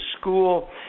school